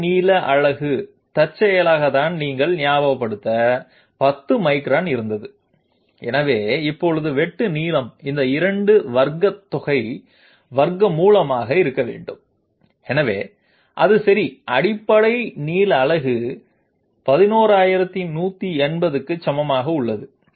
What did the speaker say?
அடிப்படை நீளம் அலகு தற்செயலாக தான் நீங்கள் ஞாபகப்படுத்த 10 மைக்ரான் இருந்தது எனவே இப்போது வெட்டு நீளம் இந்த இரண்டு வர்க தொகை வர்க்க மூலமாக இருக்க வேண்டும் எனவே அது சரி அடிப்படை நீளம் அலகு 11180 சமமாக உள்ளது